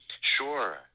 sure